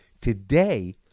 Today